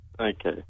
Okay